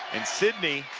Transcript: and sidney,